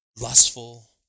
lustful